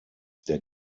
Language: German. der